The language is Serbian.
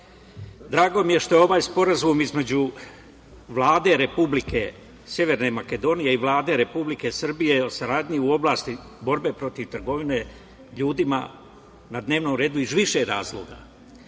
mi je što je ovaj sporazum između Vlade Republike Severne Makedonije i Vlade Republike Srbije o saradnji u oblasti borbe protiv trgovine ljudima na dnevnom redu iz više razloga.U